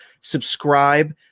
Subscribe